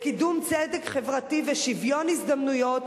לקידום צדק חברתי ושוויון הזדמנויות